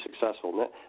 successful